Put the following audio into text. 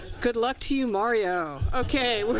good luck to you mario. okay.